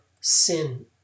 sin